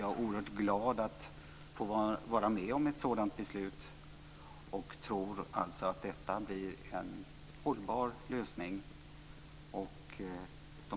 Jag är oerhört glad över att få vara med om ett sådant beslut och tror alltså att detta blir en hållbar lösning.